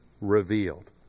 revealed